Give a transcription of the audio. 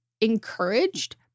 encouraged